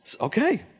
okay